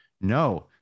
no